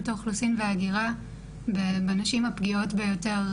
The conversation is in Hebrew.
האוכלוסין וההגירה בנשים הפגיעות ביותר,